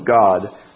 God